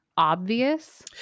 obvious